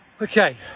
Okay